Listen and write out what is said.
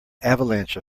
avalanche